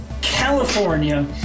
California